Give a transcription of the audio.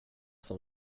som